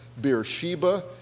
Beersheba